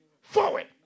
forward